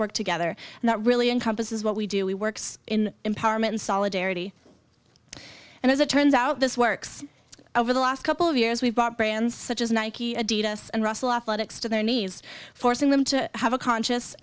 work together and that really encompasses what we do works in empowerment solidarity and as it turns out this works over the last couple of years we've got brands such as nike adidas and russell off the ticks to their knees forcing them to have a conscious